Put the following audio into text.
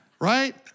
Right